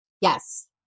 Yes